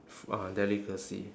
uh delicacy